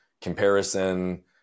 comparison